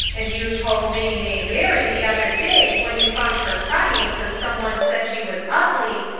and you told minnie may barry the other day, when you found her crying cause some one said she was ugly,